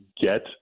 get